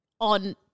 on